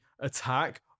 attack